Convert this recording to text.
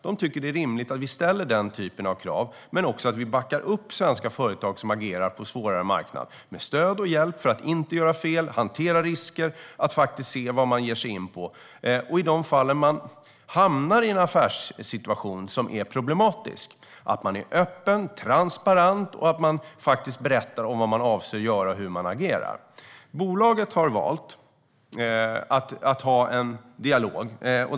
De tycker att det är rimligt att vi ställer den typen av krav men också att vi backar upp svenska företag som agerar på svåra marknader, att vi ger stöd och hjälp för att inte göra fel, hantera risker och se vad de faktiskt ger sig in på och att de, i de fall de hamnar i en problematisk affärssituation, är öppna och transparenta och berättar vad de avser att göra och hur de agerar. Bolaget har valt att ha en dialog.